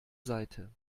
seite